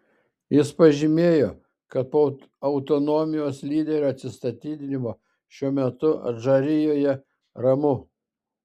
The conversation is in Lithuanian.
jis pažymėjo kad po autonomijos lyderio atsistatydinimo šiuo metu adžarijoje ramu